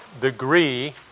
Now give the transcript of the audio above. degree